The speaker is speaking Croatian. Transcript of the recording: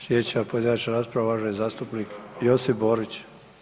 Sljedeća pojedinačna rasprava, uvaženi zastupnik Josip Borić.